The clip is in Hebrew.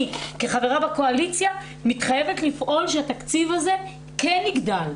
אני כחברה בקואליציה מתחייבת לפעול שהתקציב הזה כן יגדל.